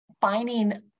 finding